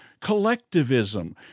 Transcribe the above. collectivism